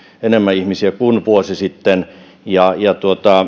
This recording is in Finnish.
enemmän ihmisiä kuin vuosi sitten ja ja